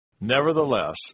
Nevertheless